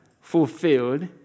fulfilled